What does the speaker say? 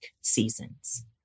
seasons